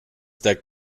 der